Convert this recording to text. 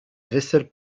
vaisselle